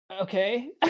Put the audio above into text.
Okay